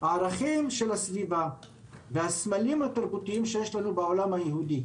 הערכים של הסביבה והסמלים התרבותיים שיש לנו בעולם היהודי: